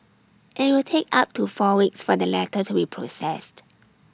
IT will take up to four weeks for the letter to be processed